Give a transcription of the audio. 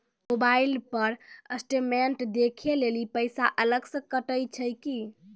Mobile पर statement देखे लेली पैसा अलग से कतो छै की?